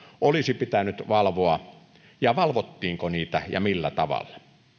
olisi pitänyt valvoa ja valvottiinko niitä ja millä tavalla